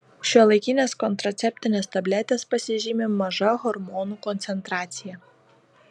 šiuolaikinės kontraceptinės tabletės pasižymi maža hormonų koncentracija